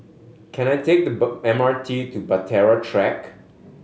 can I take the bur M R T to Bahtera Track